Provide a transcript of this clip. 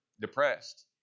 depressed